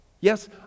Yes